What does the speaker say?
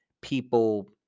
people